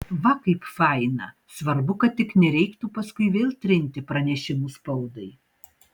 va kaip faina svarbu kad tik nereiktų paskui vėl trinti pranešimų spaudai